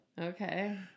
Okay